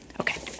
Okay